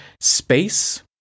space